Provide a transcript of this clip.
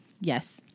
Yes